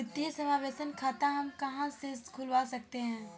वित्तीय समावेशन खाता हम कहां से खुलवा सकते हैं?